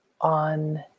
on